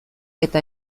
eta